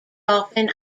often